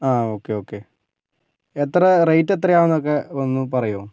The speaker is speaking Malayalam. ആ ഓക്കെ ഓക്കെ എത്ര റേറ്റ് എത്രയാണ് എന്നൊക്കെ ഒന്ന് പറയുമോ